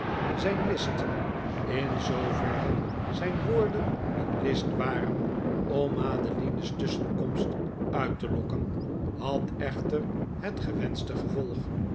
zijn list in zooverre zijn woorden een list waren om madeline's tusschenkomst uit te lokken had echter het gewenschte gevolg